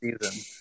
season